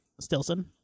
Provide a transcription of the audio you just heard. Stilson